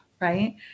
Right